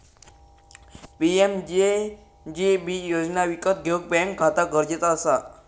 PMJJB योजना विकत घेऊक बॅन्क खाता गरजेचा असा